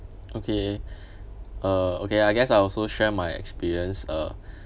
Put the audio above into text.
okay uh okay I guess I also share my experience uh